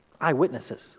eyewitnesses